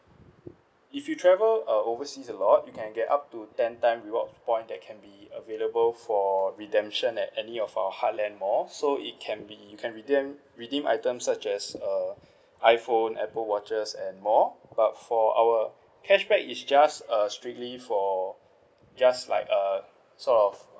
if you travel uh overseas a lot you can get up to ten time reward point that can be available for redemption at any of our heartland mall so it can be you can redeem redeem items such as uh iphone apple watches and more but for our cashback it's just a strictly for just like err sort of